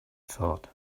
thought